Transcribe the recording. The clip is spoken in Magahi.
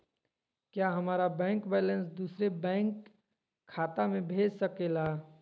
क्या हमारा बैंक बैलेंस दूसरे बैंक खाता में भेज सके ला?